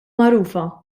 magħrufa